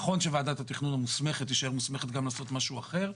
נכון שוועדת התכנון המוסמכת תישאר מוסמכת גם לעשות משהו אחר,